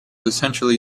essentially